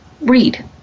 read